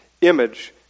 image